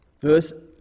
verse